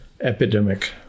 epidemic